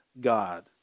God